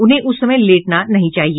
उन्हें उस समय लेटना नहीं चाहिए